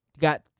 got